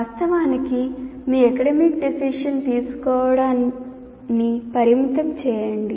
వాస్తవానికి మీ academic decision తీసుకోవడాన్ని పరిమితం చేయండి